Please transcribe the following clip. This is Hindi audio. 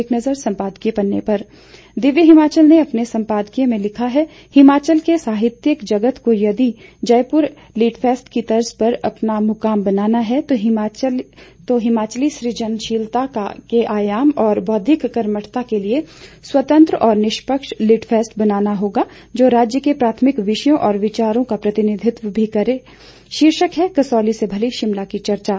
एक नजर संपादकीय पन्ने पर दिव्य हिमाचल ने अपने सपादकीय में लिखा है हिमाचल के साहित्यिक जगत को यदि जयपुर लिटफेस्ट की तर्ज पर अपना मुकाम बनाना है तो हिमाचली सृजनशीलता के आयाम और बौद्धिक कर्मठता के लिए स्वतंत्र तथा निष्पक्ष लिटफेस्ट बनाना होगा जो राज्य के प्राथमिक विषयों और विचारों का प्रतिनिधित्व मी करें शीर्षक है कसौली से भली शिमला की चर्चा